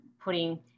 putting